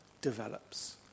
develops